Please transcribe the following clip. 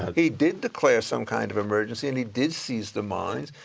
he did declare some kind of emergency and he did seize the mines,